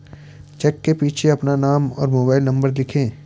check के पीछे अपना नाम और मोबाइल नंबर लिखें